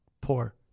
poor